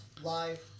live